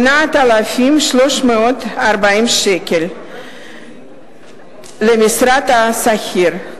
8,340 שקלים למשרת שכיר.